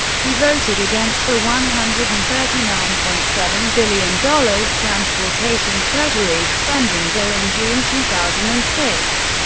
he voted against the one hundred and thirty nine point seven billion dollars transportation-treasury spending bill in june two thousand and six,